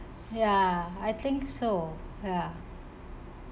ya I think so ya